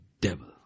devil